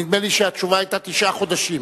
נדמה לי שהתשובה היתה תשעה חודשים,